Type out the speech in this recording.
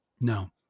No